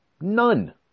None